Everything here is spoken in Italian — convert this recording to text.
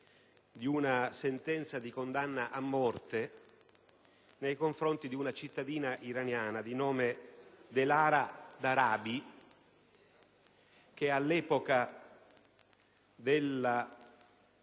di una sentenza di condanna a morte nei confronti di una cittadina iraniana, Delara Darabi, che all'epoca del